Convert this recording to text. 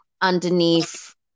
underneath